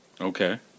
Okay